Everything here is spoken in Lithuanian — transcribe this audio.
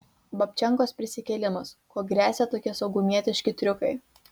babčenkos prisikėlimas kuo gresia tokie saugumietiški triukai